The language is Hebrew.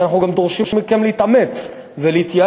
כי אנחנו גם דורשים מכם להתאמץ ולהתייעל.